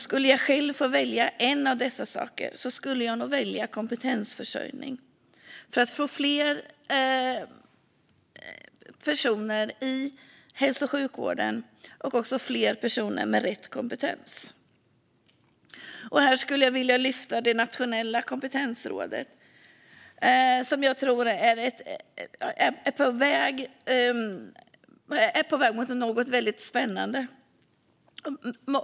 Skulle jag själv välja en av dessa saker skulle jag nog välja kompetensförsörjning, för att få fler personer i hälso och sjukvården och också fler personer med rätt kompetens. Här skulle jag vilja lyfta fram det nationella kompetensrådet, som jag tror är på väg mot något väldigt spännande.